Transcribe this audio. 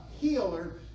healer